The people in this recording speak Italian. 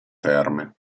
terme